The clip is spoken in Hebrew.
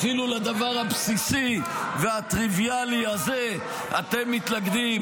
אפילו לדבר הבסיסי והטריוויאלי הזה אתם מתנגדים.